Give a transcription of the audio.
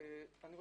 יש